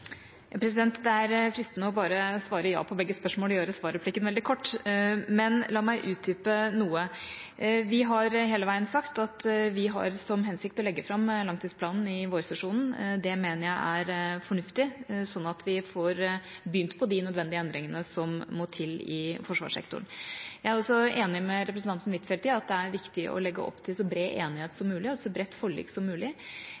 Det er fristende å bare svare ja på begge spørsmål og gjøre svarreplikken veldig kort, men la meg utdype noe. Vi har hele veien sagt at vi har som hensikt å legge fram langtidsplanen i vårsesjonen. Det mener jeg er fornuftig, sånn at vi får begynt på de nødvendige endringene som må til i forsvarssektoren. Jeg er også enig med representanten Huitfeldt i at det er viktig å legge opp til så bred enighet som mulig og så bredt forlik som mulig.